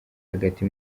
hagati